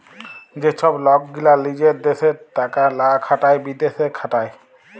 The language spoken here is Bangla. যে ছব লক গীলা লিজের দ্যাশে টাকা লা খাটায় বিদ্যাশে খাটায়